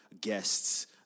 guests